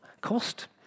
cost